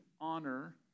honor